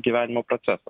gyvenimo procesas